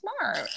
smart